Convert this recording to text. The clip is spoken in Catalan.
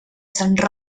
sant